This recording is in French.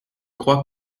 crois